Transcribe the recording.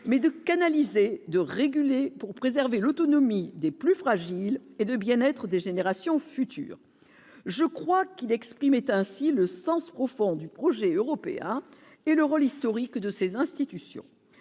mais de canaliser, de réguler pour préserver l'autonomie des plus fragiles et de bien-être des générations futures, je crois qu'il exprimait ainsi le sens profond du projet européen et le rôle historique de ces institutions,